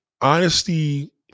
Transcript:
Honesty